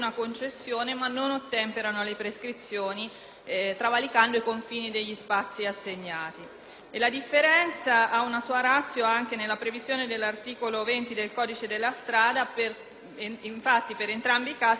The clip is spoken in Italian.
La differenza ha una sua *ratio* anche nella previsione dell'articolo 20 del codice della strada: infatti, per entrambi i casi, vi è una sanzione amministrativa che permette una gradazione, consentendo